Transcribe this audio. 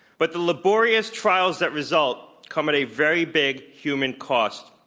but the laborious trials that result come at a very big, human cost.